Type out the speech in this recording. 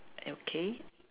okay